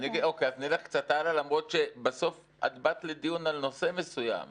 נלך קצת הלאה למרות שבסוף את באת לדיון על נושא מסוים.